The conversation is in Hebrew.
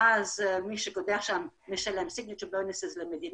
ואז מי שקודח שם משלם את זה למדינה,